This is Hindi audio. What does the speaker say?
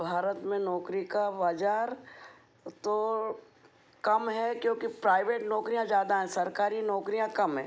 भारत में नौकरी का बाजार तो कम है क्योंकि प्राइवेट नौकरियाँ ज़्यादा हैं सरकारी नौकरियाँ कम हैं